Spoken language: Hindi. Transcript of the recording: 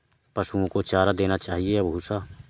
पशुओं को चारा देना चाहिए या भूसा?